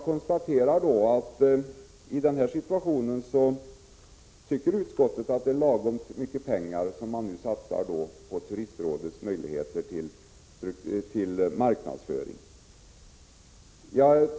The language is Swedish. Utskottet anser att lagom mycket pengar satsas på Turistrådet för marknadsföring.